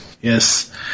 Yes